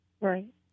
Right